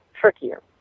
trickier